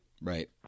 right